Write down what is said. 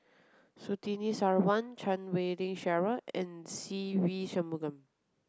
Surtini Sarwan Chan Wei Ling Cheryl and Se Ve Shanmugam